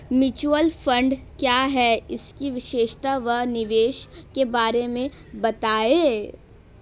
Mutual fund क्या है इसकी विशेषता व निवेश के बारे में बताइये?